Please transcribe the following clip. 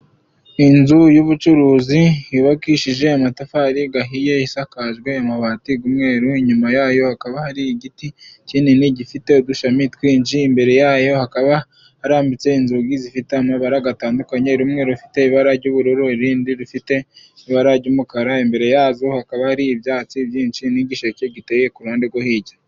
Inzu y'ubucuruzi yubakishije amatafari ahiye, isakajwe amabati y'umweru, inyuma yayo hakaba hari igiti kinini, gifite udushami twinshi, imbere yayo hakaba harambitse inzugi, zifite amabara atandukanye, rumwe rufite ibara ry'ubururu, urundi rufite ibara ry'umukara, imbere yazo hakaba hari ibyatsi byinshi, n'igisheke giteye ku ruhande rwohirya.